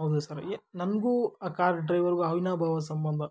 ಹೌದು ಸರ್ ಎ ನನಗೂ ಆ ಕಾರ್ ಡ್ರೈವರ್ಗೂ ಅವಿನಾಭಾವ ಸಂಬಂಧ